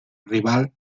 rival